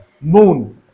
moon